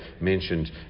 mentioned